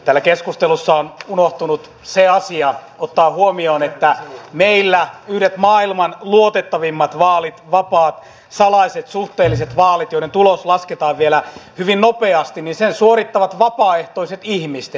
täällä keskustelussa on unohtunut se asia ottaa huomioon että meillä vaalit yhdet maailman luotettavimmista vaaleista vapaat salaiset suhteelliset vaalit joiden tulos lasketaan vielä hyvin nopeasti suorittavat vapaaehtoiset ihmiset